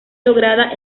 lograda